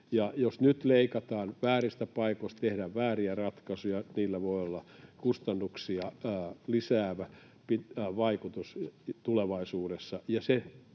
Jos nyt leikataan vääristä paikoista ja tehdään vääriä ratkaisuja, niillä voi olla kustannuksia lisäävä vaikutus tulevaisuudessa,